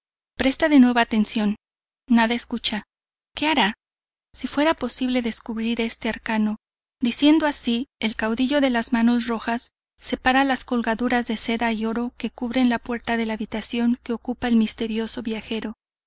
presta de nuevo atención nada escucha qué hará si fuera posible descubrir este arcano diciendo así el caudillo de las manos rojas separa las colgaduras de seda y oro que cubren la puerta de la habitación que ocupa el misterioso viajero